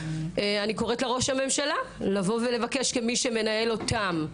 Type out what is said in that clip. אני קוראת לראש הממשלה לבוא ולבקש כמי שמנהל אותם,